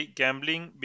gambling